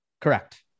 Correct